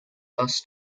thus